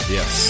Yes